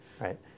right